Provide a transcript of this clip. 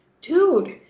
dude